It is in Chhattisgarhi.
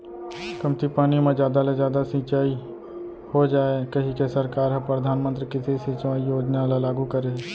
कमती पानी म जादा ले जादा सिंचई हो जाए कहिके सरकार ह परधानमंतरी कृषि सिंचई योजना ल लागू करे हे